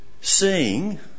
seeing